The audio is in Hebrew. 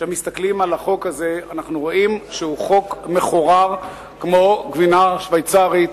כשמסתכלים על החוק הזה רואים שהוא חוק מחורר כמו גבינה שוויצרית,